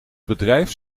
bedrijf